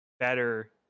better